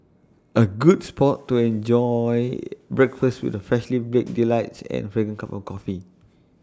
A good spot to enjoy breakfast with the freshly baked delights and fragrant cup of coffee